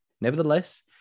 nevertheless